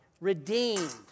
redeemed